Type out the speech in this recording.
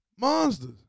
Monsters